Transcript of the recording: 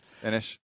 finish